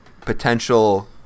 potential